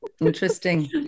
Interesting